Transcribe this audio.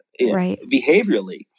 behaviorally